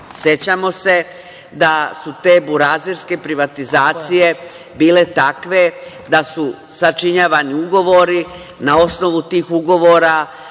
Sećamo da su te burazerske privatizacije bile takve da su sačinjavani ugovori. Na osnovu tih ugovora